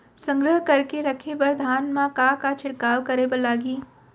संग्रह करके रखे बर धान मा का का छिड़काव करे बर लागही?